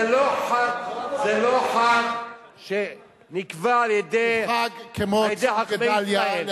אני מודה לה' זה לא חג שנקבע על-ידי חכמי ישראל,